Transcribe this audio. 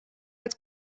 als